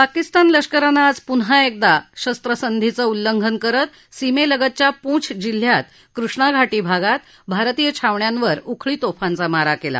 पाकिस्तान लष्करानं आज पुन्हा शस्वसंधीचं उल्लंघन करत सीमेलगतच्या पूंछ जिल्ह्यात कृष्णा घाटी भागात भारतीय छावण्यांवर उखळी तोफांचा मारा केला